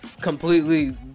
completely